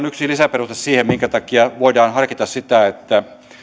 yksi lisäperuste siihen minkä takia voidaan harkita sitä